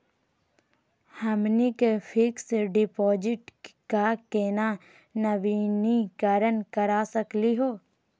हमनी के fix deposit क केना नवीनीकरण करा सकली हो?